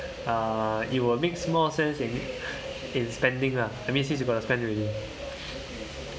uh it will makes more sense in in spending lah I mean since you gotta spend already